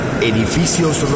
edificios